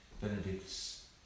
Benedict's